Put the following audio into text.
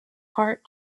hart